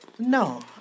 No